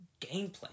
gameplay